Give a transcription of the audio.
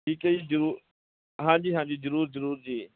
ਠੀਕ ਹੈ ਜੀ ਜਰੂ ਹਾਂਜੀ ਹਾਂਜੀ ਜ਼ਰੂਰ ਜ਼ਰੂਰ ਜੀ